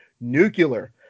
nuclear